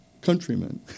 countrymen